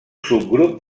subgrup